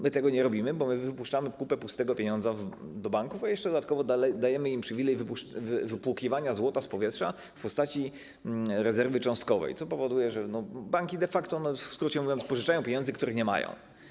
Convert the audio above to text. My tego nie robimy, bo wypuszczamy kupę pustego pieniądza do banków, a jeszcze dodatkowo dajemy im przywilej wypłukiwania złota z powietrza w postaci rezerwy cząstkowej, co powoduje, że banki de facto, mówiąc w skrócie, pożyczają pieniądze, których nie mają.